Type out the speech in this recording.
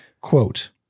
Quote